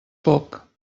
poc